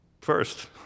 first